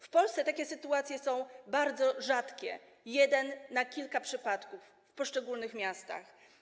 W Polsce takie sytuacje są bardzo rzadkie: to jeden na kilka przypadków w poszczególnych miastach.